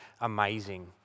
amazing